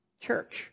church